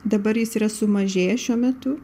dabar jis yra sumažėjęs šiuo metu